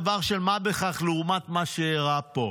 דבר של מה בכך לעומת מה שאירע פה.